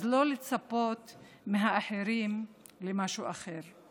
אז לא לצפות מהאחרים למשהו אחר.